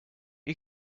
you